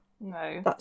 No